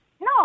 No